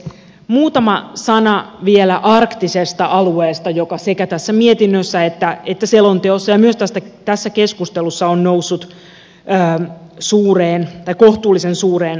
muutama sana vielä arktisesta alueesta joka sekä tässä mietinnössä että selonteossa ja myös tässä keskustelussa on noussut kohtuullisen suureen rooliin